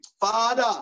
Father